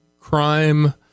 crime